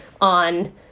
on